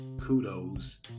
Kudos